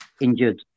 injured